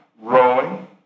rowing